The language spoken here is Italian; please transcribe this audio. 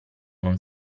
non